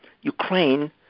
Ukraine